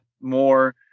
more